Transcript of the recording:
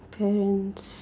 parents